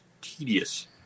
tedious